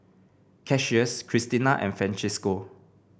Cassius Cristina and Francisco